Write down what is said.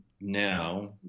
now